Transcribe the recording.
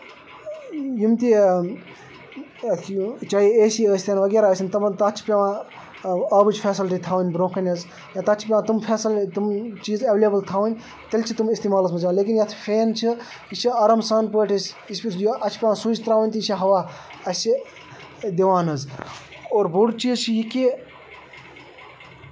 یِم تہِ یِتھ یہِ چاہے اے سی ٲسۍ تن وغیرہ ٲسۍ تن تِمن تتھ چھِ پیوان آبٕچ فیسلٹی تھاوٕنۍ برونٛہہ کِنہِ حظ یا تَتھ چھِ پیوان تِم فیسل تٔمۍ چیٖز اٮ۪ویلیبٕل تھاوٕنۍ تیلہِ چھِ تِم اِستعمالَس منٛز یِوان لیکِن یَتھ فین چھ یہِ چھ آرام سان پٲٹھۍ أسۍ یِژھ پھرِ اَتھ چھ پیوان سُچ تراوُن تہٕ یہِ چھ ہوا اَسہِ دِوان حظ اور بوٚڑ چیٖز چھُ یہِ کہ